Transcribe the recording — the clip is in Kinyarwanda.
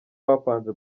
bapanze